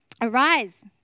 Arise